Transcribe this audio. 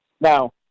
now